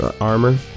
armor